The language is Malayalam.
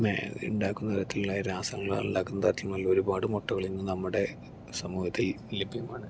ഉണ്ടാക്കുന്ന തരത്തിലുള്ള ഒരുപാട് മുട്ടകൾ ഇന്ന് നമ്മുടെ സമൂഹത്തിൽ ലഭ്യമാണ്